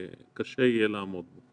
יהיה קשה מאוד לעמוד בו